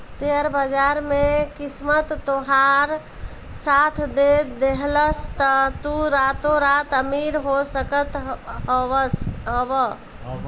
share बाजार में किस्मत तोहार साथ दे देहलस तअ तू रातो रात अमीर हो सकत हवअ